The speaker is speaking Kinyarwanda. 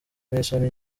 n’isoni